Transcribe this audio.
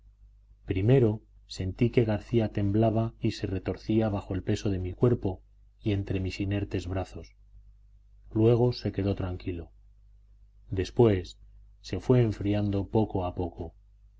primero sentí que garcía temblaba y se retorcía bajo el peso de mi cuerpo y entre mis inertes brazos luego se quedó tranquilo después se fue enfriando poco a poco